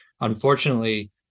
Unfortunately